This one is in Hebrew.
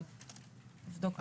נבדוק.